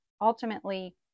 ultimately